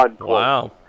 Wow